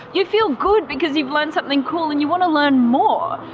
you feel good because you've learnt something cool and you want to learn more.